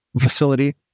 facility